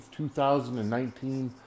2019